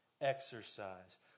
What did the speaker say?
exercise